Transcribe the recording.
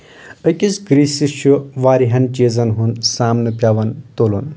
أکِس گریٖسِس چھُ واریاہن چیٖزن ہُنٛد سامنہٕ پٮ۪وان تُلُن